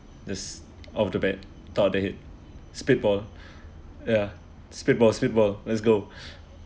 this out of the bed thought of the head spitball ya spitball spitball let's go